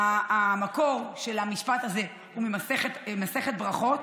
המקור של המשפט הזה הוא ממסכת ברכות,